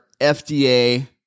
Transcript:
FDA